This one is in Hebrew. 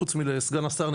חוץ מלסגן השר,